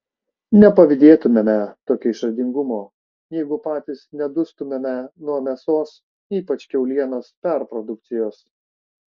nepavydėtumėme tokio išradingumo jeigu patys nedustumėme nuo mėsos ypač kiaulienos perprodukcijos